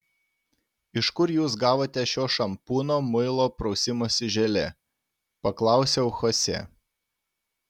iš kur jūs gavote šio šampūno muilo prausimosi želė paklausiau chosė